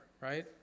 right